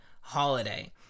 holiday